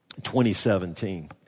2017